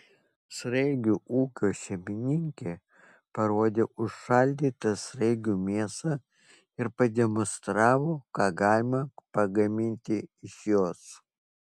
sraigių ūkio šeimininkė parodė užšaldytą sraigių mėsą ir pademonstravo ką galima pagaminti iš jos